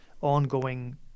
ongoing